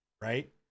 right